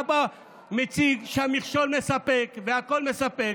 אתה בא ומציג שהמכשול מספק והכול מספק,